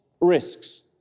risks